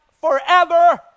forever